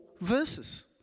verses